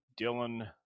dylan